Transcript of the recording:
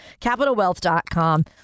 CapitalWealth.com